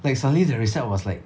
like suddenly the recep was like